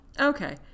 Okay